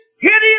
hideous